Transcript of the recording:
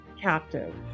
captive